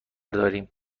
داریم